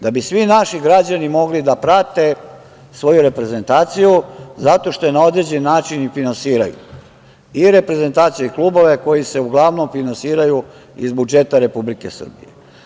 Da bi svi naši građani mogli da prate svoju reprezentaciju, zato što je na određen način i finansiraju i reprezentaciju i klubove koji se uglavnom finansiraju iz budžeta Republike Srbije.